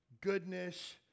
goodness